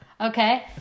Okay